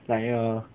like err